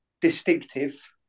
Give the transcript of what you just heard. distinctive